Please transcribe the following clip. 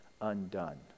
undone